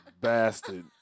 bastard